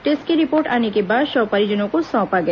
test की report आने के बाद शव परिजनों कौ सौंपा गया